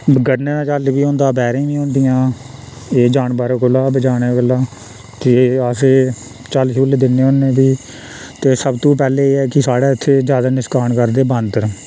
गरने दा झल्ल बी होंदा बैरीं बी होंदियां ते जानवरै कोला बचाने गल्ला ते अस एह् झल झुल्ल दिन्ने होन्ने फ्ही ते सब तुं पैह्ले एह् ऐ कि साढ़ै इत्थे ज्यादा नकसान करदे बांदर